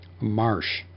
marsh